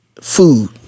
Food